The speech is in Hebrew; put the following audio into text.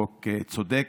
חוק צודק,